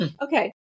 Okay